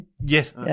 Yes